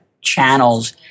channels